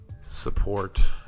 support